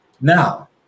Now